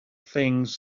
things